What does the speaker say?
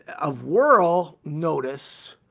of world noticed,